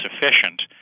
sufficient